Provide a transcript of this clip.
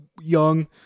young